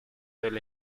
del